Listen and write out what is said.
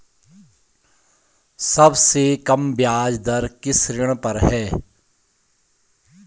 सबसे कम ब्याज दर किस ऋण पर है?